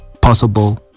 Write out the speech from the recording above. possible